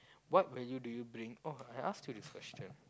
what value do you bring oh I asked you this question